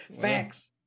Facts